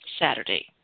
Saturday